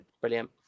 brilliant